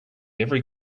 every